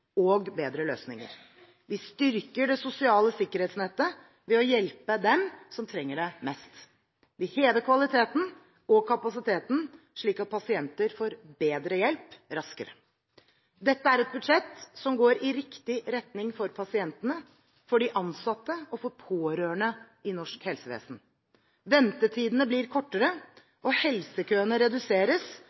og bedre løsninger. Vi styrker det sosiale sikkerhetsnettet ved å hjelpe dem som trenger det mest. Vi hever kvaliteten og kapasiteten slik at pasienter får bedre hjelp raskere. Dette er et budsjett som går i riktig retning for pasientene, for de ansatte og for pårørende i norsk helsevesen. Ventetidene blir kortere, og helsekøene reduseres